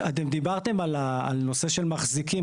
אתם דיברת על נושא של מחזיקים.